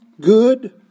good